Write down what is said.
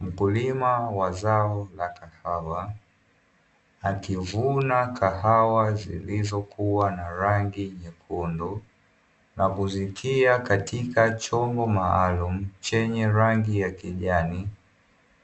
Mkulima wa zao la kahawa akivuna kahawa zilizokuwa na rangi nyekundu na kuzitia katika chombo maalumu, chenye rangi ya kijani